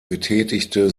betätigte